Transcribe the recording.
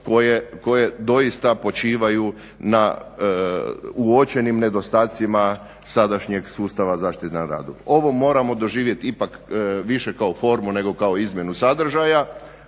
koje doista počivaju na uočenim nedostacima sadašnjeg sustava zaštite na radu. Ovo moramo doživjeti ipak više kao formu neko kao izmjenu sadržaja.